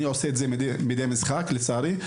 אני עושה את זה מדי משחק לצערי,